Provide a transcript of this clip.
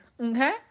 Okay